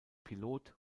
pilot